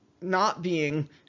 not-being